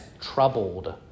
troubled